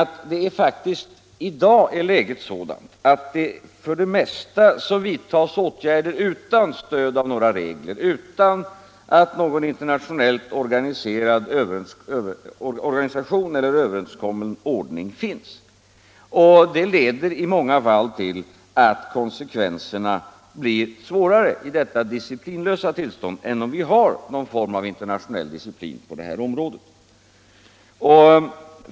Läget är i dag sådant att det för det mesta vidtas åtgärder utan stöd av några regler och utan att någon internationell organisation eller överenskommen ordning finns. Det leder i många fall till att konsekvenserna blir svårare i detta disciplinlösa tillstånd än om vi skulle ha någon form av disciplin på det här området.